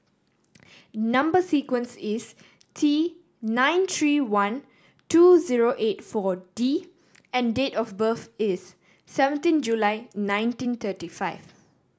number sequence is T nine three one two zero eight Four D and date of birth is seventeen July nineteen thirty five